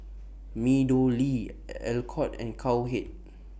Meadowlea Alcott and Cowhead